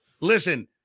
listen